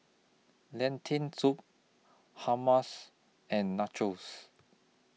Lentil Soup Hummus and Nachos